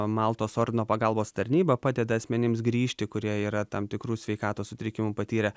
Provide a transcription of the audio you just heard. maltos ordino pagalbos tarnyba padeda asmenims grįžti kurie yra tam tikrų sveikatos sutrikimų patyrę